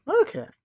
okay